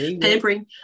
pampering